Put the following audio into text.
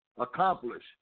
Accomplish